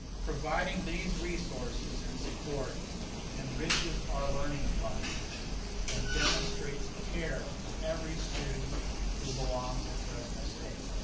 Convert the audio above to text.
providing these resources and support enriches our learning environment and demonstrates care for every student who belongs at fresno state.